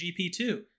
GP2